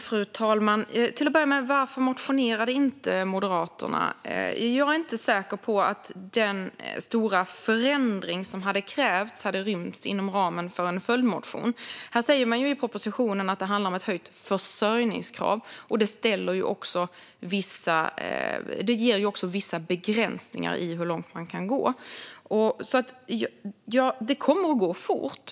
Fru talman! Till att börja med: Varför motionerade inte Moderaterna? Jag är inte säker på att den stora förändring som hade krävts hade rymts inom ramen för en följdmotion. Här säger man i propositionen att det handlar om ett höjt försörjningskrav. Det ger också vissa begränsningar i hur långt man kan gå. Det kommer att gå fort.